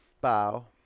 Bow